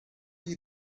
you